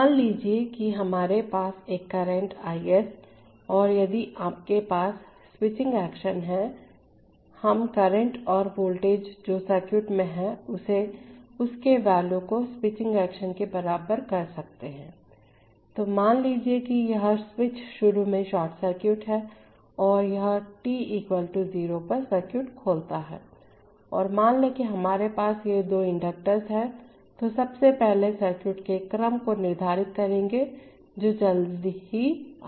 मान लीजिए कि हमारे पास एक करंट है Is और यदि आपके पास स्विचिंग एक्शन है हम करंट और वोल्टेज जो सर्किट में हैं उसे के वैल्यू को स्विचिंग एक्शन के बराबर कर सकते हैं तो मान लें कि यह स्विच शुरू में शॉर्ट सर्किट है और यह t इक्वल टू 0 पर सर्किट खोलता है और मान लें कि हमारे पास ये दो इंडिकेटर्स हैं तो सबसे पहले सर्किट के क्रम को निर्धारित करेंगे जो जल्द ही आएगा